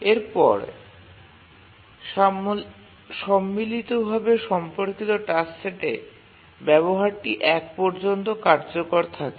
এরপরে সম্মিলিত ভাবে সম্পর্কিত টাস্ক সেটে ব্যবহারটি ১ পর্যন্ত কার্যকর থাকে